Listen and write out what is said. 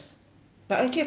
but actually 也不可以 liao